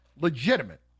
Legitimate